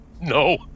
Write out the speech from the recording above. No